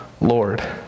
Lord